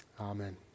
Amen